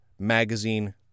magazine